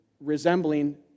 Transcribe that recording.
resembling